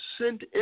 sent